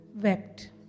wept